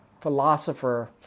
philosopher